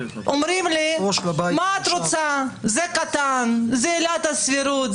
אומרים לי: מה את רוצה, זה קטן, זה עילת הסבירות.